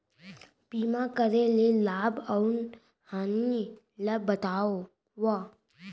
बीमा करे के लाभ अऊ हानि ला बतावव